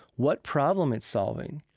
what problem it's solving.